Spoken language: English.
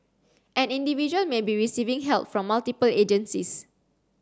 an individual may be receiving help from multiple agencies